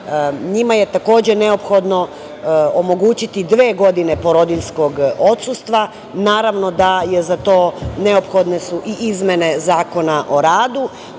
njima je takođe neophodno omogućiti dve godine porodiljskog odsustva, naravno da su za to neophodne i izmene zakona o radu,